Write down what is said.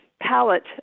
palette